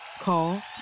Call